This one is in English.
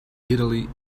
italy